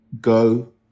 go